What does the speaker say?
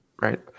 Right